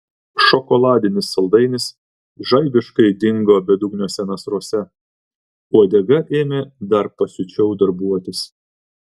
šokoladinis saldainis žaibiškai dingo bedugniuose nasruose uodega ėmė dar pasiučiau darbuotis